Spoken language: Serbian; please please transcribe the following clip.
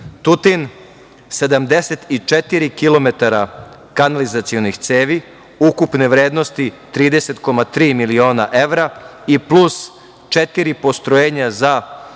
kilometara kanalizacionih cevi, ukupne vrednosti 30,3 miliona evra i plus četiri postrojenja za